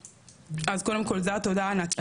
אז קודם כל זה התודה הענקית.